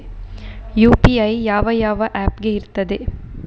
UPI ಯಾವ ಯಾವ app ಗೆ ಇರ್ತದೆ?